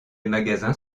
magasins